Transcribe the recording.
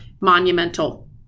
monumental